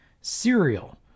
cereal